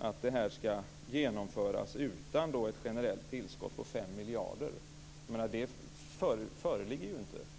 att detta skall genomföras utan ett generellt tillskott på 5 miljarder. Det föreligger ju inte.